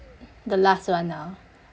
the last one now